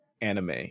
anime